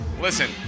Listen